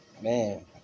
man